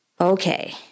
Okay